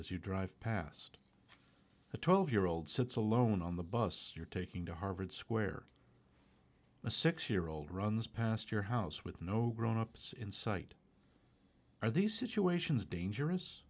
as you drive past a twelve year old sits alone on the bus you're taking to harvard square a six year old runs past your house with no grownups in sight are these situations dangerous